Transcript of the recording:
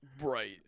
right